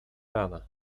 rana